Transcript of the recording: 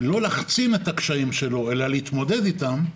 לא להחצין את הקשיים שלו אלא להתמודד איתם,